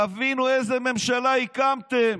תבינו איזה ממשלה הקמתם.